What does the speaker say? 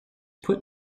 put